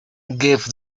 give